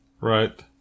Right